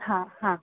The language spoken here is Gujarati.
હા હા